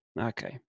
okay